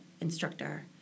instructor